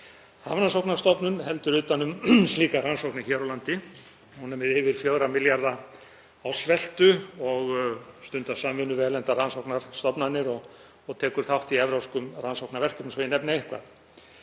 Hafrannsóknastofnun heldur utan um slíkar rannsóknir hér á landi. Hún er með yfir 4 milljarða ársveltu og stundar samvinnu við erlendar rannsóknarstofnanir og tekur þátt í evrópskum rannsóknarverkefnum, svo ég nefni eitthvað.